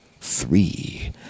three